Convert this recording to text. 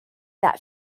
that